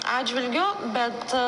atžvilgiu bet